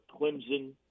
Clemson